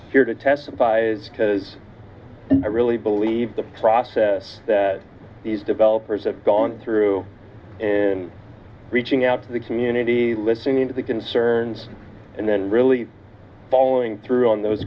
here to testify is because i really believe the process that these developers have gone through and reaching out to the community listening to the concerns and then really following through on those